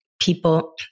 people